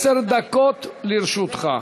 עשר דקות לרשותך.